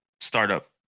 startup